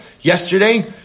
yesterday